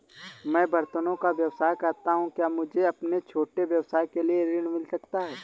मैं बर्तनों का व्यवसाय करता हूँ क्या मुझे अपने छोटे व्यवसाय के लिए ऋण मिल सकता है?